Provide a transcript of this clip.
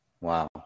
Wow